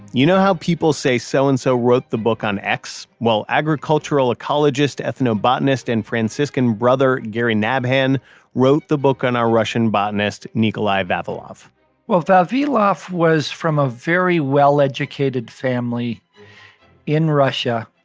you know how people say so-and-so so and so wrote the book on x? well, agricultural ecologist, ethnobotanist and franciscan brother gary nabhan wrote the book on our russian botanist, nikolay vavilov well, vavilov was from a very well educated family in russia.